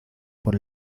por